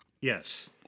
Yes